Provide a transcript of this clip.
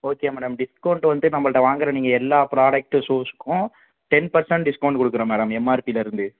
okay madam discount வந்து நம்மள்கிட்ட வாங்குகிற எல்லா பிராடக்ட் ஷூஸ்க்கும் டென் ஃபர்சன்ட் டிஸ்கௌன்ட் கொடுக்கிறோம் மேடம் எம்ஆர்பிலருந்து